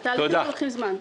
אלה תהליכים שלוקחים זמן.